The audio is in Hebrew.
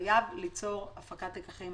חייב ליצור הפקת לקחים.